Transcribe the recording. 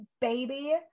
baby